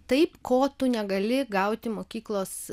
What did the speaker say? taip ko tu negali gauti mokyklos